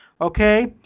Okay